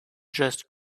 just